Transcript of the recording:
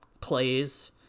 plays